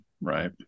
right